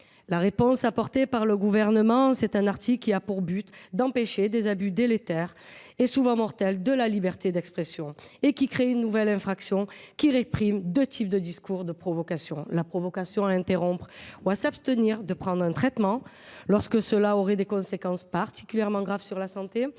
La réponse apportée par le Gouvernement prend la forme d’un article qui a pour but d’empêcher des abus délétères, et souvent mortels, de la liberté d’expression. Cet article crée une nouvelle infraction, qui réprime deux types de discours : les provocations à interrompre ou à s’abstenir de prendre un traitement, en cas de conséquences particulièrement graves pour la santé ;